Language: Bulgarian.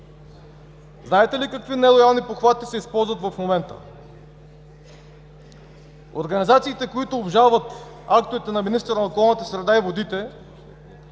Знаете ли какви нелоялни похвати се използват в момента? Организациите, които обжалват актовете на министъра на околната среда и водите,